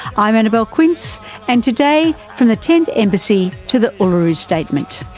i'm annabelle quince and today, from the tent embassy to the uluru statement.